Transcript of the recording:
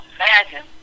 Imagine